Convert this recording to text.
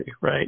right